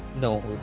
No